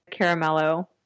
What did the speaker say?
caramello